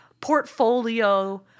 portfolio